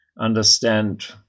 understand